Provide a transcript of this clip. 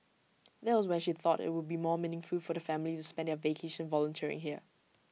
that was when she thought IT would be more meaningful for the family spend their vacation volunteering there